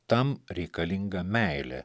tam reikalinga meilė